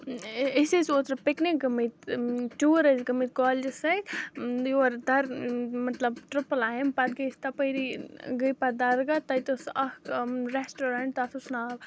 أسۍ ٲسۍ اوترٕ پِکنِک گٔمٕتۍ ٹوٗر ٲسۍ گٔمٕتۍ کالجَس سۭتۍ یور دَر مطلب ٹٕرٛپٕل آی اٮ۪م پَتہٕ گٔے أسۍ تَپٲری گٔے پَتہٕ درگاہ تَتہِ اوس اَکھ رٮ۪سٹورَنٛٹ تَتھ اوس ناو